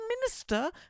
Minister